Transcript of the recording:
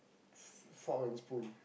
f~ f~ fork and spoon